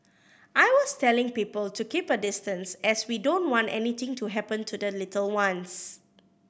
I was telling people to keep a distance as we don't want anything to happen to the little ones